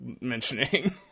mentioning